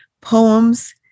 poems